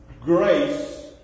Grace